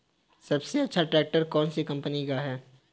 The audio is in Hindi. सबसे अच्छा ट्रैक्टर कौन सी कम्पनी का है?